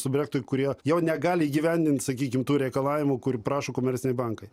subjektui kurie jau negali įgyvendinti sakykim tų reikalavimų kur prašo komerciniai bankai